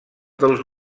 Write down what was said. dels